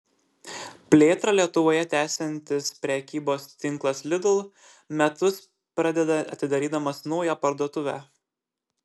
plėtrą lietuvoje tęsiantis prekybos tinklas lidl metus pradeda atidarydamas naują parduotuvę